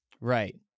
right